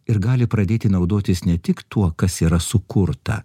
ir gali pradėti naudotis ne tik tuo kas yra sukurta